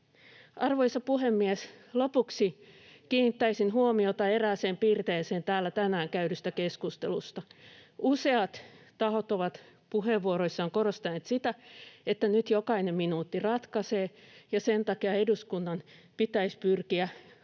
Arvoisa puhemies! Lopuksi kiinnittäisin huomiota erääseen piirteeseen täällä tänään käydyssä keskustelussa. Useat tahot ovat puheenvuoroissaan korostaneet sitä, että nyt jokainen minuutti ratkaisee ja sen takia eduskunnan pitäisi pyrkiä mahdollisimman